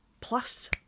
Plus